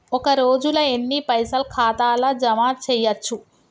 ఒక రోజుల ఎన్ని పైసల్ ఖాతా ల జమ చేయచ్చు?